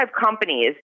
companies